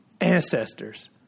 Ancestors